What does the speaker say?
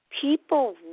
people